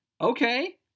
okay